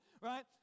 right